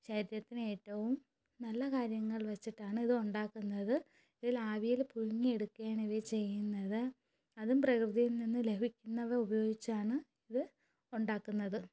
ശരീരത്തിന് ഏറ്റവും നല്ല കാര്യങ്ങൾ വെച്ചിട്ടാണ് ഇത് ഉണ്ടാക്കുന്നത് ഇതിൽ ആവിയിൽ പുഴുങ്ങി എടുക്കുകയാണ് ഇവ ചെയ്യുന്നത് അതും പ്രകൃതിയിൽ നിന്ന് ലഭിക്കുന്നവ ഉപയോഗിച്ചാണ് ഇത് ഉണ്ടാക്കുന്നത്